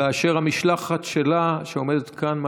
כאשר המשלחת שלה, שעומדת כאן מעלינו,